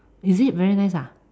is it very nice ah